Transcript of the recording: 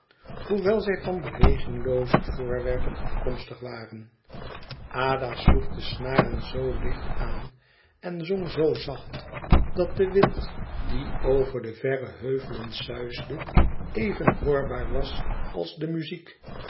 hoewel zij van beweginglooze voorwerpen afkomstig waren ada sloeg de snaren zoo licht aan en zong zoo zacht dat de wind die over de verre heuvelen suisde even hoorbaar was als de muziek